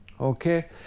Okay